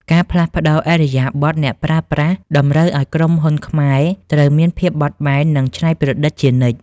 ការផ្លាស់ប្តូរឥរិយាបថអ្នកប្រើប្រាស់តម្រូវឱ្យក្រុមហ៊ុនខ្មែរត្រូវមានភាពបត់បែន និងច្នៃប្រឌិតជានិច្ច។